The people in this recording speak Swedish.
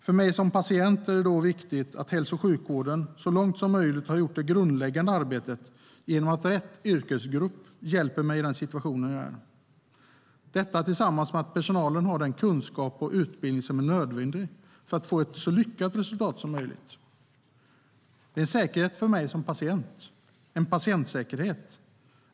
För mig som patient är det viktigt att hälso och sjukvården så långt som möjligt har gjort det grundläggande arbetet genom att rätt yrkesgrupp hjälper mig i den situationen jag är i tillsammans med att personalen har den kunskap och utbildning som är nödvändig för att få ett så lyckat resultat som möjligt. Det är en säkerhet för mig som patient, en patientsäkerhet.